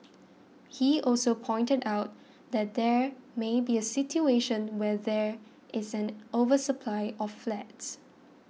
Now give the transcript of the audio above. he also pointed out that there may be a situation where there is an oversupply of flats